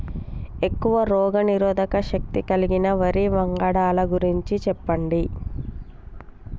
ఎక్కువ రోగనిరోధక శక్తి కలిగిన వరి వంగడాల గురించి చెప్పండి?